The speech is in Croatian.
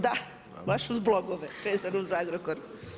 Da, baš uz blogove, vezano uz Agrokor.